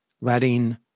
letting